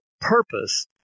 purpose